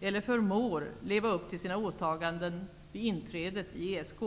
eller förmår leva upp till sina åtaganden vid inträdet i ESK.